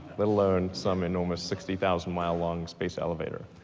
let alone some enormous sixty thousand mile long space elevator.